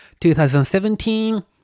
2017